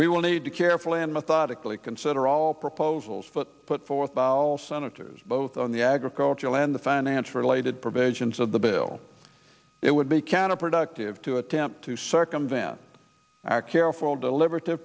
will need to carefully and methodically consider all proposals but put forth bowels senators both on the agricultural and the finance related provisions of the bill it would be counterproductive to attempt to circumvent our careful deliber